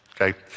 Okay